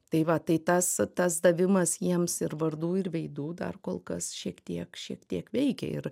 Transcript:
tai va tai tas tas davimas jiems ir vardų ir veidų dar kol kas šiek tiek šiek tiek veikia ir